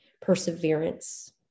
perseverance